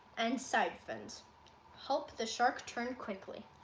and siphons help the shark turn quickly.